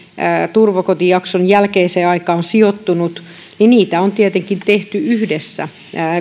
turvakotijakson jälkeiseen aikaan on sijoittunut on tietenkin tehty yhdessä